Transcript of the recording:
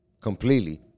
Completely